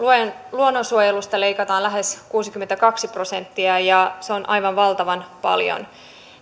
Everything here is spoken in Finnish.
luonnonsuojelusta leikataan lähes kuusikymmentäkaksi prosenttia ja se on aivan valtavan paljon